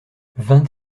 vingt